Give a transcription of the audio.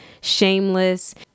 Shameless